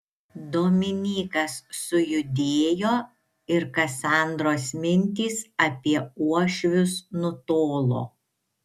dominykas sujudėjo ir kasandros mintys apie uošvius nutolo